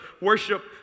worship